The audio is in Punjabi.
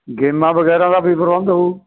ਗੇਮਾਂ ਵਗੈਰਾ ਦਾ ਵੀ ਪ੍ਰਬੰਧ ਹੋਊ